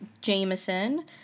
Jameson